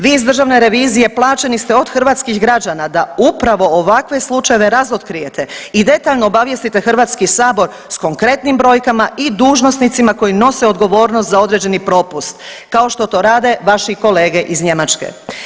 Vi iz Državne revizije plaćeni ste od hrvatskih građana da upravo ovakve slučajeve razotkrijete i detaljno obavijestite Hrvatski sabor sa konkretnim brojkama i dužnosnicima koji nose odgovornost za određeni propust kao što to rade vaši kolege iz Njemačke.